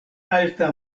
alta